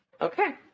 Okay